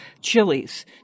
chilies